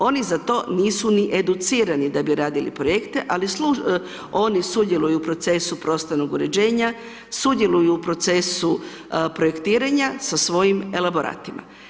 Oni za to nisu ni educirani da bi radili projekte, ali oni sudjeluju u procesu prostornog uređenja, sudjeluju u procesu projektiranja sa svojim elaboratima.